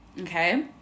Okay